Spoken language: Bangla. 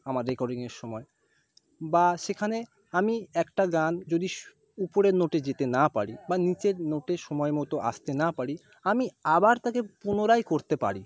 আমার রেকর্ডিংয়ের সময় বা সেখানে আমি একটা গান যদি সু উপরের নোটে যেতে না পারি বা নিচের নোটে সময়মতো আসতে না পারি আমি আবার তাকে পুনরায় করতে পারি